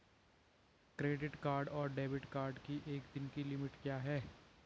Credit card और debit card की एक दिन की लिमिट क्या है?